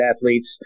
athletes